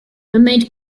remained